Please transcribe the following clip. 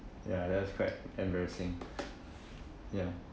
ya that was quite embarrassing ya